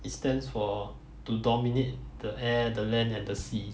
it stands for to dominate the air the land at the sea